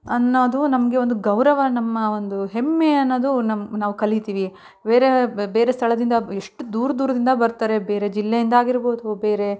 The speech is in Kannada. ಅನ್ನೋದು ನಮಗೆ ಒಂದು ಗೌರವ ನಮ್ಮ ಒಂದು ಹೆಮ್ಮೆ ಅನ್ನೋದು ನಮ್ಮ ನಾವು ಕಲಿತೀವಿ ಬೇರೇ ಬೇರೆ ಸ್ಥಳದಿಂದ ಎಷ್ಟು ದೂರ ದೂರದಿಂದ ಬರ್ತಾರೆ ಬೇರೆ ಜಿಲ್ಲೆಯಿಂದ ಆಗಿರ್ಬೋದು ಬೇರೆ